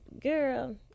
Girl